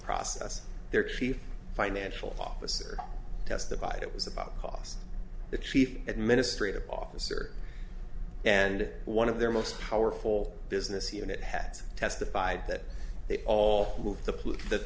process their chief financial officer testified it was about cos the chief administrative officer and one of their most powerful business unit had testified that they all moved t